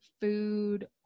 food